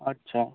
अच्छा